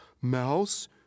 Mouse